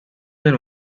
been